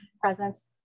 presence